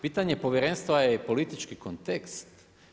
Pitanje povjerenstva je i politički kontekst.